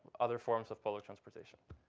other forms of public transportation,